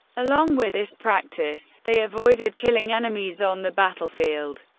along with this practice, they avoided killing enemies on the battlefield.